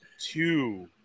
two